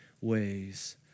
ways